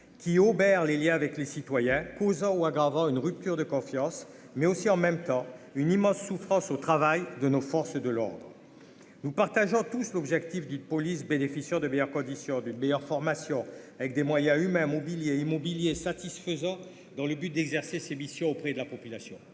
qui obère les Liens avec les citoyens, causant ou aggravant une rupture de confiance mais aussi en même temps une immense souffrance au travail de nos forces de l'ordre, nous partageons tous l'objectif police bénéficiant de meilleures conditions d'une meilleure formation, avec des moyens humains mobilier. Mobilier satisfaisant dans le but d'exercer ses missions auprès de la population